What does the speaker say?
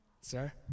Sir